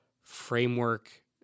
framework